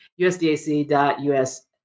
usdac.us